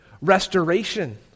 restoration